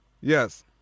Yes